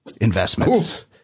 investments